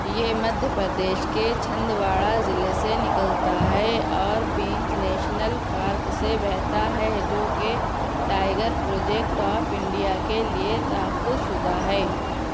یہ مدھیہ پردیش کے چھندواڑہ ضلعے سے نکلتا ہے اور پینچ نیشنل پارک سے بہتا ہے جو کہ ٹائیگر پروجیکٹ آف انڈیا کے لیے تحفظ شدہ ہے